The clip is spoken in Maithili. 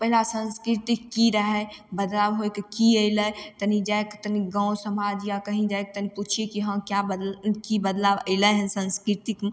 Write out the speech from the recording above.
पहिले संस्कृति की रहय बदलाव होइके की एलय तनि जाइके तनि गाँव समाज या कहीँ जायके तनि पुछियै कि हँ क्या बदलाव की बदलाव एलय हइ संस्कृति